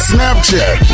Snapchat